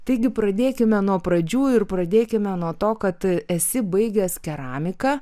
taigi pradėkime nuo pradžių ir pradėkime nuo to kad esi baigęs keramiką